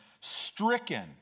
stricken